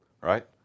right